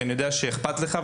כי אני יודע שאיכפת לך,